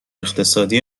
اقتصادی